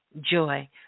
joy